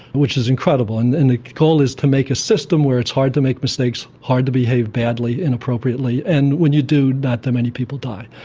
which is incredible, and and the goal is to make a system where it's hard to make mistakes, hard to behave badly, inappropriately, and when you do, not that many people die.